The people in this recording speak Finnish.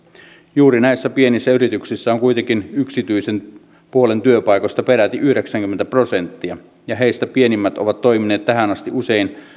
juuri näissä pienissä yrityksissä on kuitenkin yksityisen puolen työpaikoista peräti yhdeksänkymmentä prosenttia ja heistä pienimmät ovat toimineet tähän asti usein